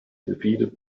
defeated